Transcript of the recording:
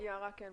אני